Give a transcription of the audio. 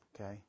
Okay